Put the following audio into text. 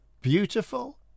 beautiful